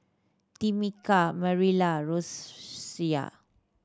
Tameka Marilla Rosaria